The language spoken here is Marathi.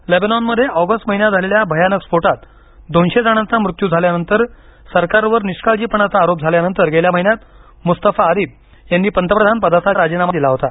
लेबनॉनमध्ये ऑगस्ट महिन्यात झालेल्या भयानक स्फोटात दोनशे जणांचा मृत्यू झाल्यानंतर सरकारवर निष्काळजीपणाचा आरोप झाल्यानंतर गेल्या महिन्यात मुस्तफा आदिब यांनी पंतप्रधान पदाचा राजीनामा दिला होता